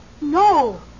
No